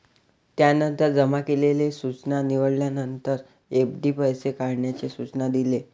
त्यानंतर जमा केलेली सूचना निवडल्यानंतर, एफ.डी पैसे काढण्याचे सूचना दिले